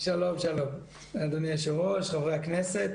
אדוני היושב-ראש, חברי הכנסת.